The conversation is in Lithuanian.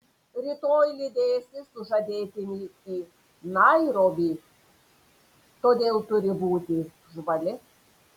rytoj lydėsi sužadėtinį į nairobį todėl turi būti žvali